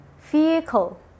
vehicle